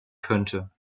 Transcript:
könnte